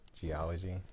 Geology